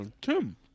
Tim